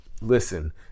listen